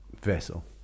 vessel